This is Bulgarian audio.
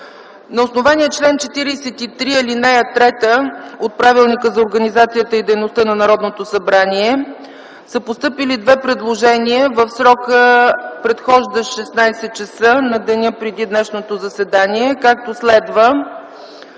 На основание чл. 43, ал. 3 от Правилника за организацията и дейността на Народното събрание са постъпили две предложения в срока, предхождащ 16,00 ч. на деня преди днешното заседание, както следва: